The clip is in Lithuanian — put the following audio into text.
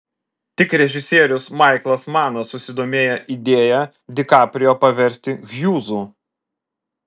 tik režisierius maiklas manas susidomėjo idėja di kaprijo paversti hjūzu